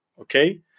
Okay